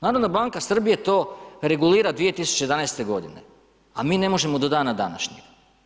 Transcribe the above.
Narodna banka Srbije to regulira 2011. godine, a mi ne možemo do dana današnjeg.